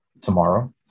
tomorrow